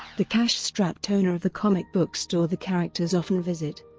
the cash-strapped owner of the comic book store the characters often visit.